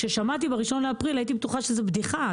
כששמעתי שזה ב-1 באפריל, הייתי בטוחה שזאת בדיחה.